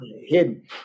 Hidden